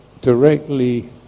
directly